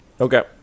Okay